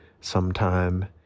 sometime